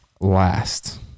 Last